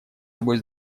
собой